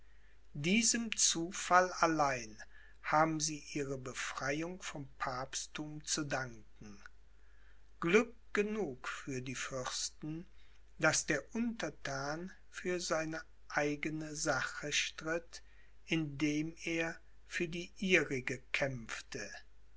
diesem zufall allein haben sie ihre befreiung vom papstthum zu danken glück genug für die fürsten daß der unterthan für seine eigene sache stritt indem er für die ihrige kämpfte